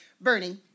Bernie